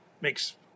makes